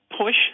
push